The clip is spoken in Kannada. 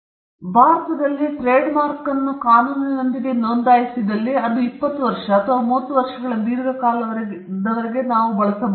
ಸ್ಪೀಕರ್ 2 ನಾನು ಭಾರತದಲ್ಲಿ ಟ್ರೇಡ್ಮಾರ್ಕ್ ಅನ್ನು ಕಾನೂನಿನೊಂದಿಗೆ ನೋಂದಾಯಿಸಿದ್ದಲ್ಲಿ ಅದು 20 ವರ್ಷ ಅಥವಾ 30 ವರ್ಷಗಳ ದೀರ್ಘಕಾಲದವರೆಗೆ ನಾನು ಬಳಸಬಹುದು